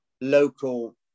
local